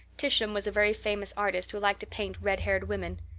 titian was a very famous artist who liked to paint red-haired women.